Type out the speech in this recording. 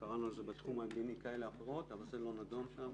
קראנו לזה בתחום המדיני אבל זה לא נדון שם